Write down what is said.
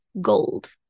gold